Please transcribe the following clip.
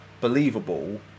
believable